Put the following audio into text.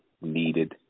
Needed